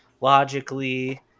logically